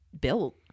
built